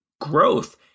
growth